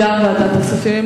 גם כן ועדת הכספים.